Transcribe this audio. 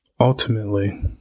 Ultimately